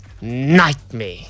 Nightmare